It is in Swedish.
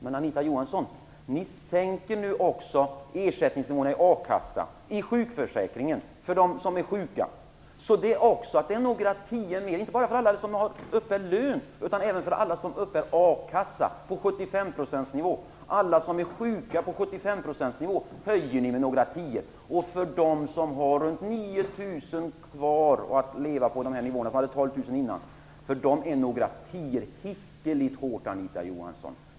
Men, Anita Johansson, ni sänker nu också ersättningsnivåerna i a-kassan och i sjukförsäkringen. Denna skattehöjning med några tior drabbar inte bara dem som uppbär lön, utan den drabbar även dem som uppbär a-kassa eller sjukersättning, där nivåerna är 75 %. Dessa människor får nu en skattehöjning på några tior. För dem som har ca 9 000 kr att leva på, de hade 12 000 kr innan, är en höjning med några tior hiskligt hårt, Anita Johansson.